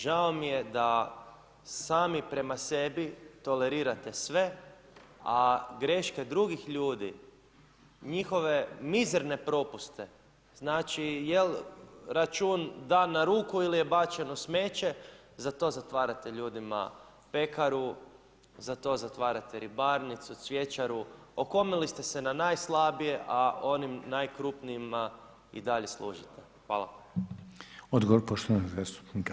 Žao mi je da sami prema sebi tolerirate sve, a greške drugih ljudi, njihove mizerne propuste, znači jel račun dan na ruku ili je bačen u smeće, za to zatvarate ljudima pekaru, za to zatvarate ribarnicu, cvjećaru, okomili ste se na najslabije, a onim najkrupnijima i dalje služite.